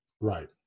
Right